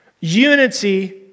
unity